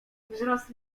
wzrost